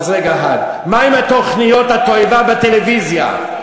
אז מה עם תוכניות התועבה בטלוויזיה?